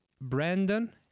Brandon